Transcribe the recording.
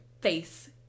face